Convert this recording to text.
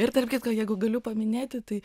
ir tarp kitko jeigu galiu paminėti tai